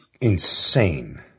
insane